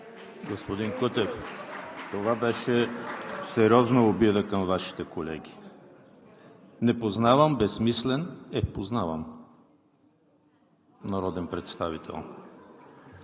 Господин Кутев, това беше сериозна обида към Вашите колеги. Не познавам безсмислен народен представител.